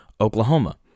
Oklahoma